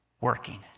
working